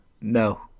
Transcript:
No